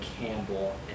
Campbell